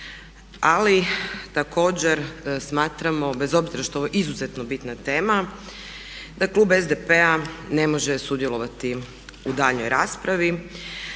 Ali također smatramo bez obzira što je ovo izuzetno bitna tema da Klub SDP-a ne može sudjelovati u daljnjoj raspravi